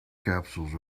capsules